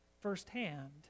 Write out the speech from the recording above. firsthand